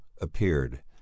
appeared